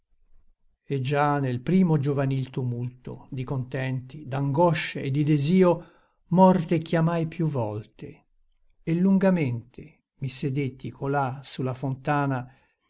e già nel primo giovanil tumulto di contenti d'angosce e di desio morte chiamai più volte e lungamente i sedetti colà su la fontana